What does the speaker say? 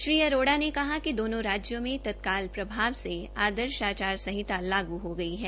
श्री अरोड़ा ने कहा कि दोनो राज्यों में तत्काल प्रभाव से आदर्श चुनाव आचार संहिता लागू हो गई है